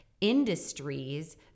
industries